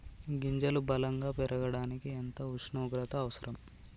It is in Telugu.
గింజలు బలం గా పెరగడానికి ఎంత ఉష్ణోగ్రత అవసరం?